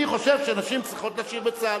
אני חושב שנשים צריכות לשיר בצה"ל,